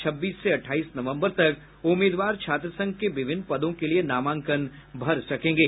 छब्बीस से अठाईस नवम्बर तक उम्मीदवर छात्र संघ के विभिन्न पदों के लिये नामांकन भर सकेंगे